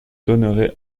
donnerai